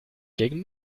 gegen